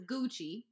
Gucci